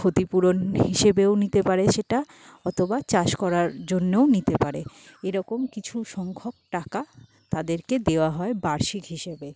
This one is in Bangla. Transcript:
ক্ষতিপূরণ হিসেবেও নিতে পারে সেটা অথবা চাষ করার জন্যেও নিতে পারে এরকম কিছু সংখ্যক টাকা তাদেরকে দেওয়া হয় বার্ষিক হিসেবে